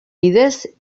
bidez